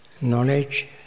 knowledge